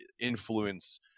influence